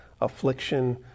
affliction